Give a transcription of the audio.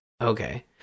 Okay